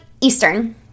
Eastern